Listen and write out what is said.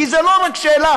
כי זו לא רק שאלה,